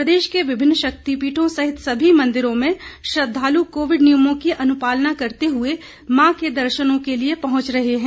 प्रदेश के विभिन्न शक्तिपीठों सहित सभी मंदिरों में श्रद्वालु कोविड नियमों की अनुपालना करते हुए मां के दर्शनों के लिए पहुंच रहें है